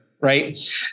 Right